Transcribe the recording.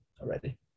already